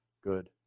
good